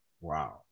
Wow